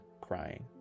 crying